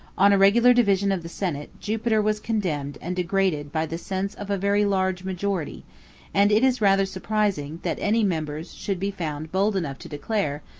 on a regular division of the senate, jupiter was condemned and degraded by the sense of a very large majority and it is rather surprising, that any members should be found bold enough to declare,